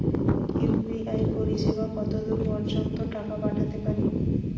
UPI পরিসেবা কতদূর পর্জন্ত টাকা পাঠাতে পারি?